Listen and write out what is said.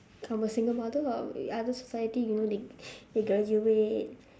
I'm a single mother lah other society you know they they graduate